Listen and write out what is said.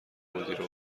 مدیره